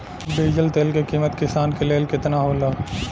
Diesel तेल के किमत किसान के लेल केतना होखे?